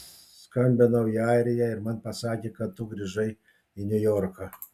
skambinau į airiją ir man pasakė kad tu grįžai į niujorką